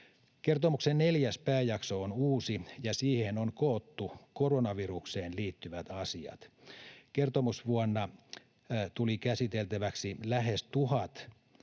Kertomuksen neljäs pääjakso on uusi, ja siihen on koottu koronavirukseen liittyvät asiat. Kertomusvuonna tuli käsiteltäväksi lähes 1